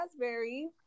raspberry